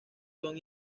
son